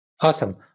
Awesome